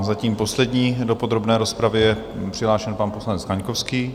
Zatím poslední do podrobné rozpravy je přihlášen pan poslanec Kaňkovský.